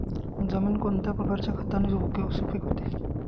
जमीन कोणत्या प्रकारच्या खताने सुपिक होते?